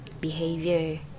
behavior